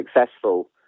successful